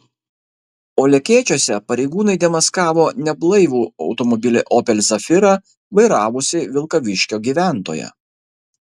o lekėčiuose pareigūnai demaskavo neblaivų automobilį opel zafira vairavusį vilkaviškio gyventoją